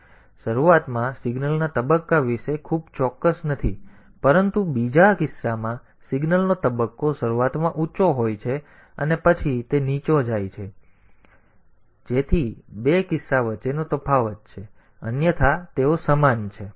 તેથી આપણે શરૂઆતમાં સિગ્નલના તબક્કા વિશે ખૂબ ચોક્કસ નથી પરંતુ બીજા કિસ્સામાં સિગ્નલનો તબક્કો શરૂઆતમાં ઊંચો હોય છે અને પછી તે નીચો જાય છે જેથી બે કિસ્સા વચ્ચેનો તફાવત છે અન્યથા તેઓ સમાન છે